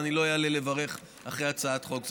ואני לא אעלה לברך אחרי הצעת חוק זו.